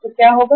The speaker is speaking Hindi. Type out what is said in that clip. तो क्या होगा